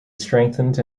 strengthened